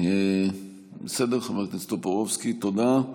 חבר הכנסת טופורובסקי, תודה.